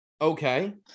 Okay